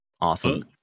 Awesome